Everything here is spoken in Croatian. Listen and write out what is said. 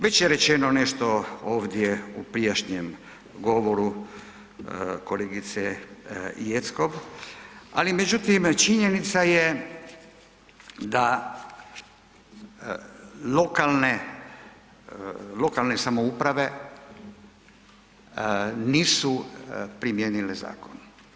Već je rečeno nešto ovdje u prijašnjem govoru kolegice Jeckov, ali međutim činjenica je da lokalne samouprave nisu primijenile zakon.